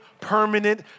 permanent